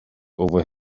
over